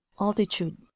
Altitude